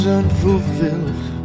unfulfilled